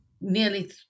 nearly